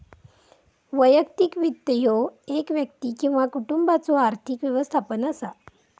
वैयक्तिक वित्त ह्यो एक व्यक्ती किंवा कुटुंबाचो आर्थिक व्यवस्थापन असा